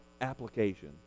application